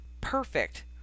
Perfect